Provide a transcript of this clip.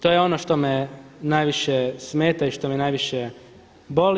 To je ono što me najviše smeta i što me najviše boli.